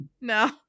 no